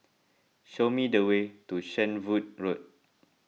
show me the way to Shenvood Road